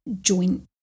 joint